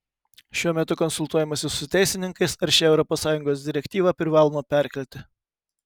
šiuo metu konsultuojamasi su teisininkais ar šią europos sąjungos direktyvą privaloma perkelti